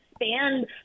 expand